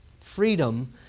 freedom